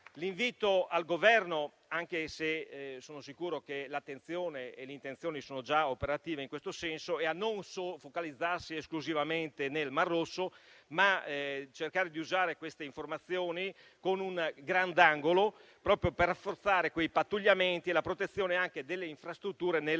L'invito al Governo, anche se sono sicuro che l'attenzione e le intenzioni sono già operative in questo senso, è a non focalizzarsi esclusivamente sul Mar Rosso, ma a cercare di usare queste informazioni con un grandangolo, proprio per rafforzare quei pattugliamenti e la protezione delle infrastrutture nel